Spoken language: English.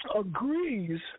agrees